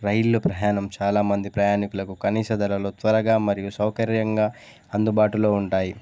రైళ్లు ప్రయాణం చాలా మంది ప్రయాణికులకు కనీసదలలో త్వరగా మరియు సౌకర్యంగా అందుబాటులో ఉంటాయి